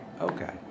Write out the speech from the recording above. Okay